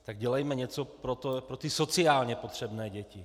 Tak dělejme něco pro ty sociálně potřebné děti.